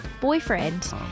boyfriend